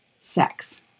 sex